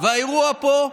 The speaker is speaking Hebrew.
והאירוע פה,